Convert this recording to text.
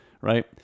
right